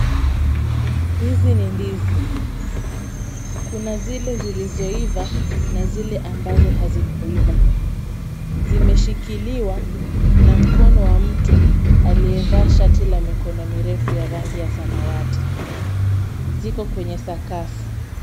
Hizi ni ndizi. Kuna zile zilizoiva na zile ambazo hazijaiva. Zimeshikiliwa na mkono wa mtu aliyevaa shati la mikono mirefu ya rangi ya samawati. Ziko kwenye sakafu.